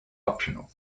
optional